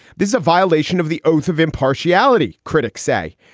this is a violation of the oath of impartiality, critics say.